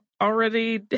Already